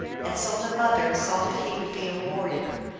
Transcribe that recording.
and so the mother saw that he would be a warrior,